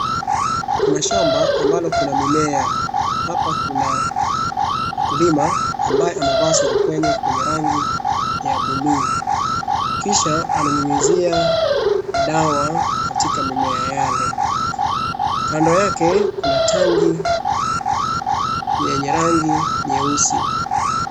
Kuna shamba ambalo kuna mimea, hapa kuna mkulima ambaye amevaa surupwenye kwenye rangi ya buluu. Kisha ananyunyuzia dawa katika mimea yale. Kando yake kuna tenki yenye rangi nyeusi.